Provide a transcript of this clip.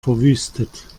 verwüstet